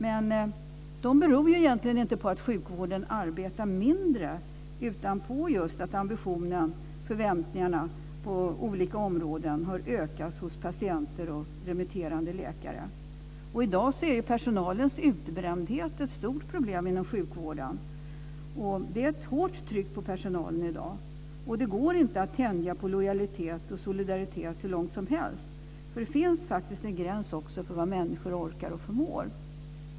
Men de beror inte på att man arbetar mindre inom sjukvården, utan på att ambitionen, förväntningarna på olika områden har ökat hos patienter och remitterande läkare. I dag är personalens utbrändhet ett stort problem inom sjukvården. Det är ett hårt tryck på personalen i dag. Det går inte att tänja på lojalitet och solidaritet hur långt som helst. Det finns faktiskt också en gräns för vad människor orkar och förmår.